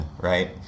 right